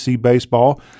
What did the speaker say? baseball